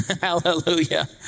Hallelujah